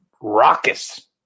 raucous